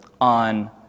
on